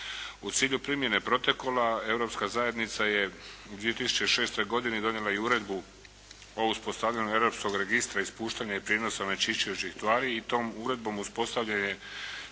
U cilju primjene protokola, Europska zajednica je u 2006. godini donijela i Uredbu o uspostavljanju Europskog registra ispuštanja i prijenosa onečišćujućih tvari i tom uredbom uspostavljen je